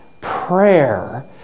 prayer